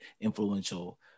influential